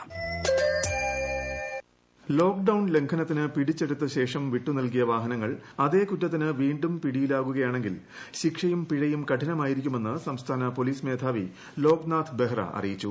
വാഹന പരിശോധന lockdown ലംഘനത്തിന് പിടിച്ചെടുത്തശേഷം വിട്ടുനൽകിയ വാഹനങ്ങൾ അതേ കുറ്റത്തിന് വീണ്ടും പിടിയിലാകുകയാണെങ്കിൽ ശിക്ഷയും പിഴയും കഠിനമായിരിക്കുമെന്ന് സംസ്ഥാന പോലീസ് മേധാവി ലോക്നാഥ് ബെഹ്റ അറിയിച്ചു